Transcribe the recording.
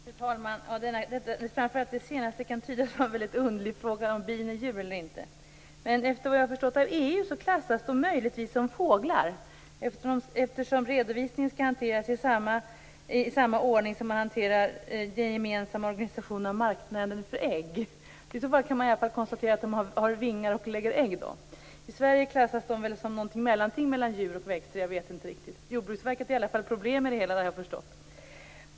Fru talman! Framför allt det senaste kan tyckas vara en väldigt underlig fråga; om bin är djur eller inte. Men efter vad jag har förstått av EU klassas de möjligtvis som fåglar. Redovisningen skall nämligen hanteras i samma ordning som man hanterar den gemensamma organisationen och marknaden för ägg. I så fall kan man i alla fall konstatera att de har vingar och lägger ägg. I Sverige klassas de väl som något mellanting mellan djur och växter, jag vet inte riktigt. Jordbruksverket har i alla fall problem med det hela, det har jag förstått.